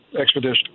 expedition